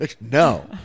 No